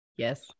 Yes